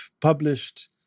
published